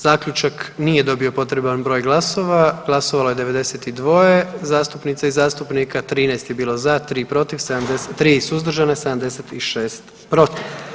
Zaključak nije dobio potreban broj glasova, glasovalo je 92 zastupnica i zastupnika, 13 je bilo za, 3 suzdržana, 76 protiv.